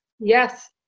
Yes